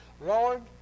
Lord